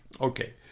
Okay